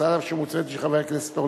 ההצעה שמוצמדת היא של חבר הכנסת אורלב.